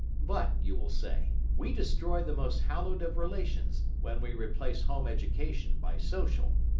but, you will say, we destroy the most hallowed of relations, when we replace home education by social.